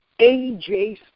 AJ